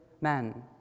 men